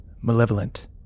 malevolent